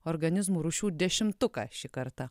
organizmų rūšių dešimtuką šį kartą